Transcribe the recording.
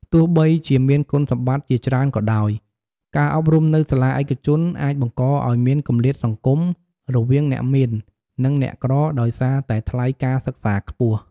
ទោះបីជាមានគុណសម្បត្តិជាច្រើនក៏ដោយ ការអប់រំនៅសាលាឯកជនអាចបង្កឱ្យមានគម្លាតសង្គមរវាងអ្នកមាន និងអ្នកក្រដោយសារតែថ្លៃការសិក្សាខ្ពស់។